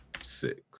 six